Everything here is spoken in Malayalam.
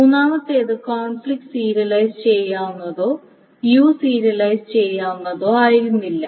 മൂന്നാമത്തേത് കോൺഫ്ലിക്റ്റ് സീരിയലൈസ് ചെയ്യാവുന്നതോ വ്യൂ സീരിയലൈസ് ചെയ്യാവുന്നതോ ആയിരുന്നില്ല